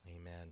Amen